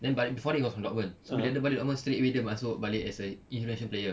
then but before that he was from dortmund so bila dia balik dortmund straightaway dia masuk balik as a influential player